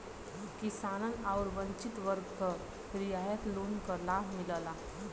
किसान आउर वंचित वर्ग क रियायत लोन क लाभ मिलला